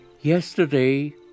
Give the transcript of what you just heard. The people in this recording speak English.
Yesterday